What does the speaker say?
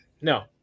No